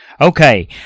Okay